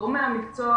גורמי המקצוע,